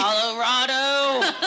Colorado